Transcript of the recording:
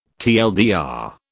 TLDR